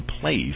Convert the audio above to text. place